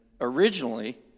originally